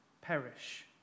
perish